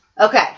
Okay